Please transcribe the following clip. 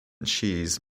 cheese